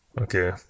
Okay